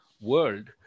world